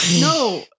no